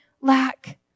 lack